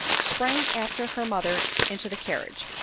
sprang after her mother into the carriage,